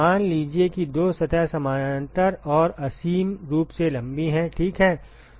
मान लीजिए कि दो सतह समानांतर और असीम रूप से लंबी हैं ठीक है